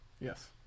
Yes